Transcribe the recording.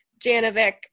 Janovic